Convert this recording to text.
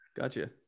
Gotcha